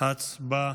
הצבעה